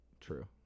True